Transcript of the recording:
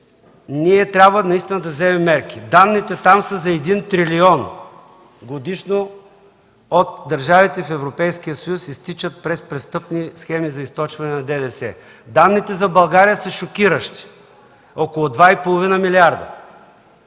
Ние наистина трябва да вземем мерки. Данните там са за 1 трилион годишно – от държавите в Европейския съюз изтичат през престъпни схеми за източване на ДДС. Данните за България са шокиращи – около 2,5 милиарда.